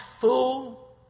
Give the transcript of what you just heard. fool